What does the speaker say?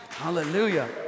Hallelujah